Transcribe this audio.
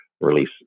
release